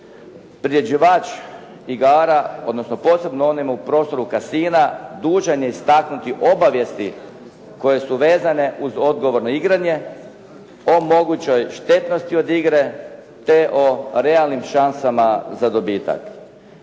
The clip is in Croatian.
priređivač igara, odnosno posebno onima u prostoru casina dužan je istaknuti obavijesti koje su vezane uz odgovorno igranje, o mogućoj štetnosti od igre, te o realnim šansama za dobitak.